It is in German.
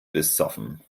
besoffen